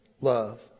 love